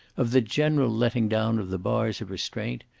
of the general letting-down of the bars of restraint,